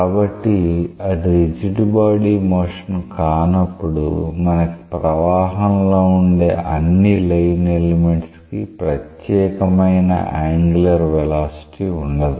కాబట్టి అది rigid body motion కానప్పుడు మనకి ప్రవాహంలో ఉండే అన్ని లైన్ ఎలెమెంట్స్ కి ప్రత్యేకమైన యాంగులర్ వెలాసిటీ ఉండదు